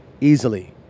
easily